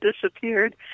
disappeared